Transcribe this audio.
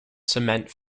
cement